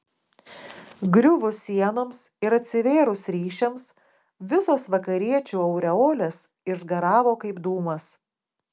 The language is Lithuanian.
griuvus sienoms ir atsivėrus ryšiams visos vakariečių aureolės išgaravo kaip dūmas